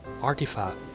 artifact